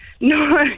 No